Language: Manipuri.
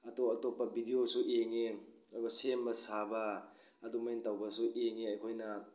ꯑꯇꯣꯞ ꯑꯇꯣꯞꯄ ꯕꯤꯗꯤꯑꯣꯁꯨ ꯌꯦꯡꯉꯤ ꯑꯗꯨꯒ ꯁꯦꯝꯕ ꯁꯥꯕ ꯑꯗꯨꯃꯥꯏꯅ ꯇꯧꯁꯨ ꯌꯦꯡꯉꯤ ꯈꯣꯏꯅ